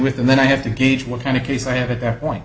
with and then i have to gauge what kind of case i have at their point